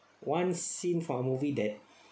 one scene for a movie that